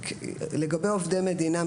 בנוגע לעובדי מדינה,